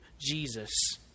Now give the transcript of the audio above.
Jesus